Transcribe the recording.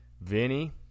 Vinny